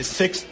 six